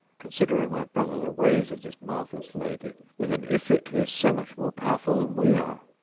consider, o my brother, the ways of this marvellous lady with an ifrit who is so much more powerful than we are.